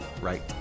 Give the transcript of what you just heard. right